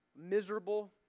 miserable